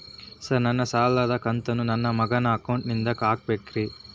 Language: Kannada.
ಸರ್ ನನ್ನ ಸಾಲದ ಕಂತನ್ನು ನನ್ನ ಮಗನ ಅಕೌಂಟ್ ನಿಂದ ಹಾಕಬೇಕ್ರಿ?